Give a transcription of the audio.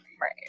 Right